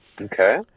Okay